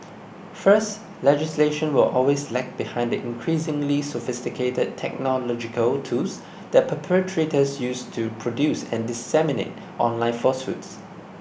first legislation will always lag behind the increasingly sophisticated technological tools that perpetrators use to produce and disseminate online falsehoods